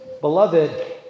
Beloved